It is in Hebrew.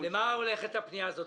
--- לְמה הולכת הפנייה הזאת?